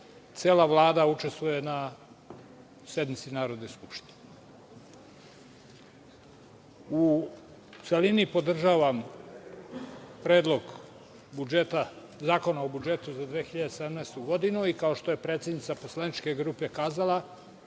cela Vlada učestvuje na sednici Narodne skupštine.U celini podržavam Predlog zakona o budžetu za 2017. godinu i kao što je predsednica poslaničke grupe kazala,